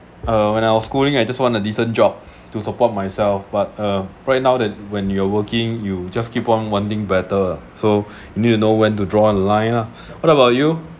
uh when I was schooling I just want a decent job to support myself but uh right now than when you're working you just keep on wanting better so need to know when to draw a line lah what about you